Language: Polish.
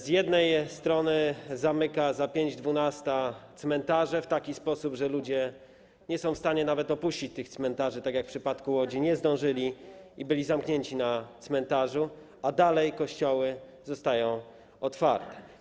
Z jednej strony zamyka za pięć dwunasta cmentarze w taki sposób, że ludzie nie są w stanie nawet opuścić tych cmentarzy, tak jak w przypadku Łodzi nie zdążyli i byli zamknięci na cmentarzu, a z drugiej strony kościoły dalej pozostają otwarte.